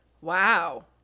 wow